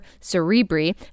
cerebri